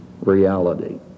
reality